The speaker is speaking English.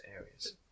areas